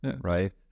right